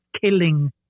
killing